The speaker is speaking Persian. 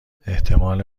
احتمال